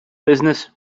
business